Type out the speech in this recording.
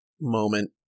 moment